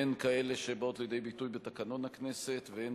הן כאלה שבאות לידי ביטוי בתקנון הכנסת והן